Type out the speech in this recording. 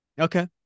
okay